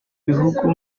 bihugu